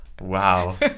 Wow